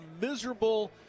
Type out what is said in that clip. miserable